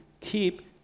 keep